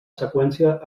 seqüència